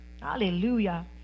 Hallelujah